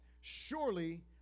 Surely